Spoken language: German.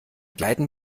gleiten